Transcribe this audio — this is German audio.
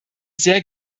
sehr